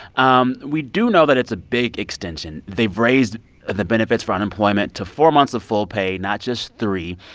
um we do know that it's a big extension. they've raised the benefits for unemployment to four months of full pay, not just three.